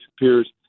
appears